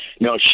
No